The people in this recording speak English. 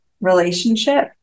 relationship